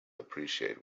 appreciate